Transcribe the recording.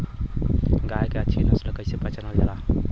गाय के अच्छी नस्ल कइसे पहचानल जाला?